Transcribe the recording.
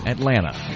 Atlanta